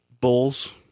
Bulls